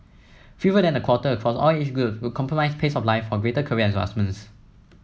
fewer than a quarter across all age groups would compromise pace of life for greater career advancement